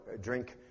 drink